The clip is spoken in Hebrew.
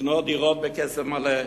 לקנות דירות בכסף מלא.